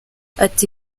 ati